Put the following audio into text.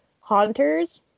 Haunters